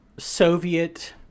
Soviet